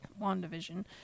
WandaVision